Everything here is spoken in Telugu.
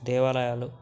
దేవాలయాలు